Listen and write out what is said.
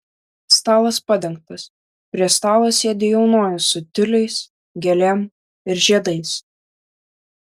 stalas padengtas prie stalo sėdi jaunoji su tiuliais gėlėm ir žiedais